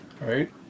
Right